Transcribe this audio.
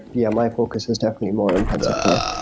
yeah, my focus is definitely more on tensorflow.